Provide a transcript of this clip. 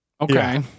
okay